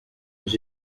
les